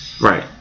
Right